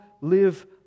live